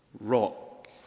rock